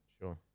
Sure